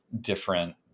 different